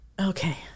Okay